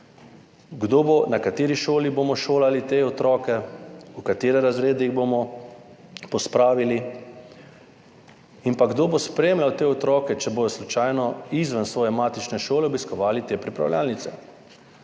Na kateri šoli bomo šolali te otroke? V katere razrede jih bomo pospravili? In pa kdo bo spremljal te otroke, če bodo slučajno izven svoje matične šole obiskovali te pripravljalnice?